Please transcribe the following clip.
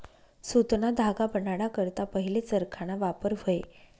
सुतना धागा बनाडा करता पहिले चरखाना वापर व्हये